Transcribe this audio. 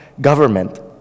government